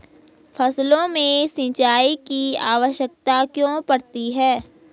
फसलों को सिंचाई की आवश्यकता क्यों पड़ती है?